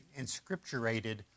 inscripturated